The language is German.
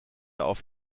auf